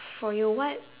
for your what